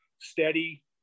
steady